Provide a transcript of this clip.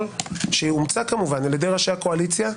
שאומצה על ידי ראשי הקואליציה,